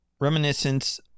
reminiscence